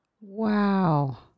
Wow